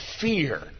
fear